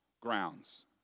grounds